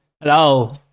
Hello